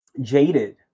jaded